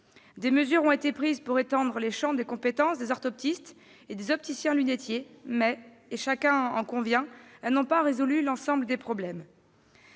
Des mesures ont été prises pour étendre les champs de compétence des orthoptistes et des opticiens-lunetiers, mais, chacun en convient, elles n'ont pas résolu l'ensemble des problèmes.